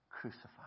crucified